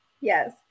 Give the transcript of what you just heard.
Yes